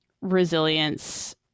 resilience